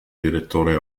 direttore